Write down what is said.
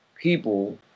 people